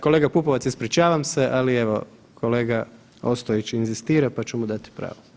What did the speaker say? Kolega Pupavac, ispričavam se, ali evo kolega Ostojić inzistira pa ću mu dati pravo.